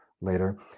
later